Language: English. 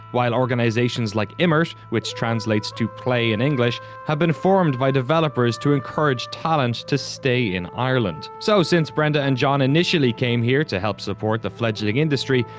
while organizations like imirt, which translates to play in english, have been formed by developers to encourage talent to stay in ireland. so since brenda and john initially came here to help support the fledgling industry,